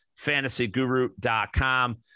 fantasyguru.com